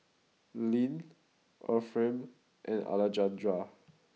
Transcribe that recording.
Leann Efrem and Alejandra